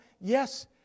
yes